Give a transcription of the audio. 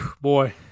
Boy